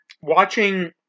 watching